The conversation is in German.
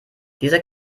diese